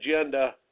agenda